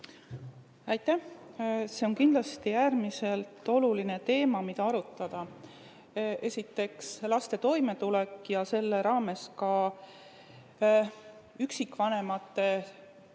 Aitäh! See on kindlasti äärmiselt oluline teema, mida arutada. Esiteks, laste toimetulek ja selle raames ka üksikvanemate